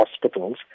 hospitals